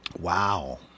Wow